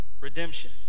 Redemption